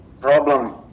problem